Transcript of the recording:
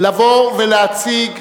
לבוא ולהציג,